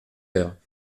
heures